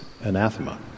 anathema